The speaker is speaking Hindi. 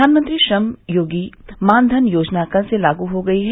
प्रधानमंत्री श्रम योगी मान धन योजना कल से लागू हो गयी है